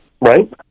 right